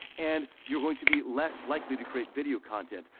and you're going to be less likely to create video content.